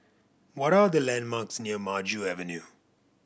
what are the landmarks near Maju Avenue